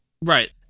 Right